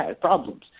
problems